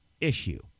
Issue